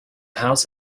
house